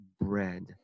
bread